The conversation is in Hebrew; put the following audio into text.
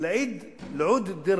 "אֵלְ-עוּד דִּי